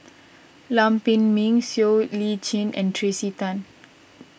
Lam Pin Min Siow Lee Chin and Tracey Tan